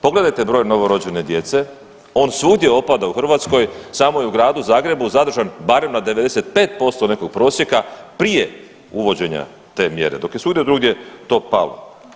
Pogledajte broj novorođene djece, on svugdje opada u Hrvatskoj samo je u Gradu Zagrebu zadržan barem na 95% nekog prosjeka prije uvođena te mjere dok je svugdje drugdje to palo.